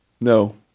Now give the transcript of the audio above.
no